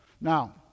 Now